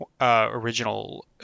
original